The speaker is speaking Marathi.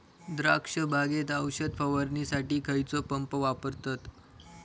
द्राक्ष बागेत औषध फवारणीसाठी खैयचो पंप वापरतत?